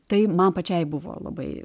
tai man pačiai buvo labai